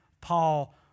Paul